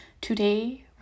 today